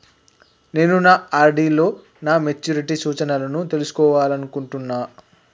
నేను నా ఆర్.డి లో నా మెచ్యూరిటీ సూచనలను తెలుసుకోవాలనుకుంటున్నా